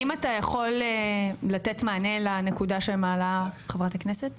האם אתה יכול לתת מענה לנקודה שמעלה חברת הכנסת?